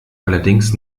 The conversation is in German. allerdings